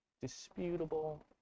disputable